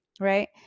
right